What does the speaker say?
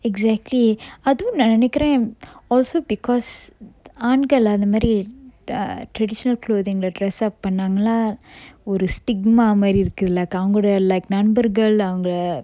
exactly அதுவும் நா நெனைக்குரன்:athuvum na nenaikkkuran also because ஆண்கள் அந்த மாறி:aankal antha mari err traditional clothing lah dress up பண்ணாங்கலா ஒரு:pannangala oru stigma மாறி இருக்குதுல அவங்கட:mari irukkuthula avangada like நண்பர்கள் அவங்க:nanbarkal avanga